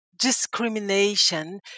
discrimination